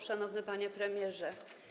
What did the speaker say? Szanowny Panie Premierze!